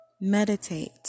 Meditate